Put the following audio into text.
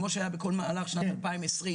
כמו היה במהלך שנת 2020,